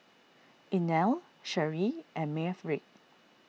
Inell Sheree and Maverick